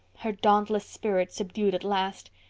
her dauntless spirit subdued at last.